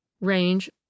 Range